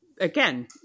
Again